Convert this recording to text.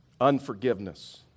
Unforgiveness